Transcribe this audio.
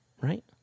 Right